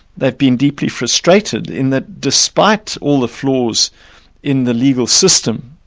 they've been deeply frustrated in that, despite all the flaws in the legal system,